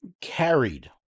carried